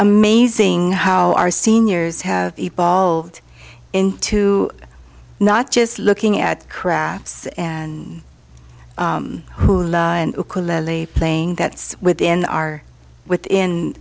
amazing how our seniors have evolved into not just looking at craps and saying that's within our within